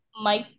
Mike